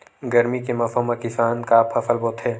गरमी के मौसम मा किसान का फसल बोथे?